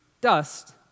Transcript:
dust